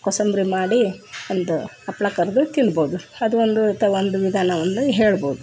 ಕೋಸಂಬ್ರಿ ಮಾಡಿ ಒಂದು ಹಪ್ಪಳ ಕರಿದು ತಿನ್ಬೋದು ಅದು ಒಂದು ತ ಒಂದು ವಿಧಾನ ಒಂದು ಹೇಳ್ಬೋದು